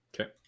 Okay